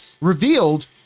revealed